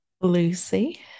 Lucy